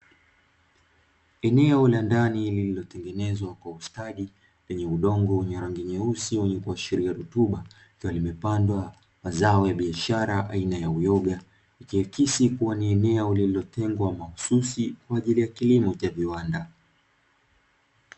Eneo la ndani lililotengenezwa kwa ustadi, lenye udongo wenye rangi nyeusi yenye kuashiria rutuba, likiwa limepandwa mazao ya biashara aina ya uyoga, ikiakisi kuwa ni eneo lililotengwa mahususi kwa ajili ya kilimo cha viwanda.